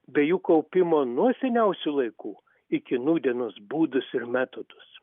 bei jų kaupimo nuo seniausių laikų iki nūdienos būdus ir metodus